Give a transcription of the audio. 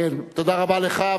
תודה רבה לך.